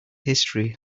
history